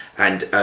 and,